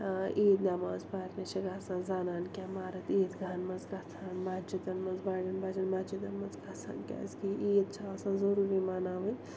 عید نٮ۪ماز پَرنہِ چھِ گژھان زنان کیٛاہ مرٕد عید گاہَن منٛز گژھان مسجِدَن منٛز بَڑٮ۪ن بَجَن مسجِدَن منٛز گژھان کیٛازکہِ یہِ عید چھِ آسان ضٔروٗری مناوٕنۍ